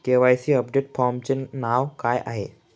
KYC update फॉर्मचे नाव काय आहे?